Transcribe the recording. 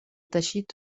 teixit